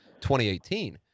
2018